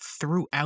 throughout